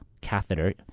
catheter